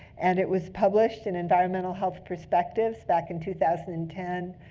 and it was published in environmental health perspectives back in two thousand and ten.